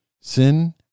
Sin